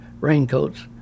raincoats